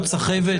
זאת סחבת?